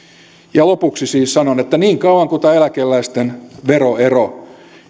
lopuksi siis sanon että niin kauan kuin tämä eläkeläisten veroero